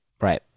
Right